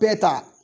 better